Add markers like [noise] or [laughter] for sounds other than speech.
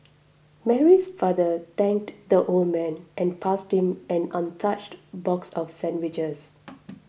Mary's father thanked the old man and passed him an untouched box of sandwiches [noise]